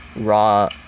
raw